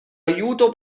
aiuto